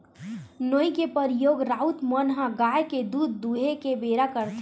नोई के परियोग राउत मन ह गाय के दूद दूहें के बेरा करथे